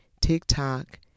TikTok